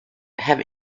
have